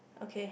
okay